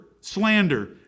slander